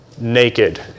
Naked